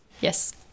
Yes